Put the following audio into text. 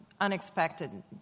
unexpected